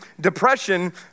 depression